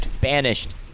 banished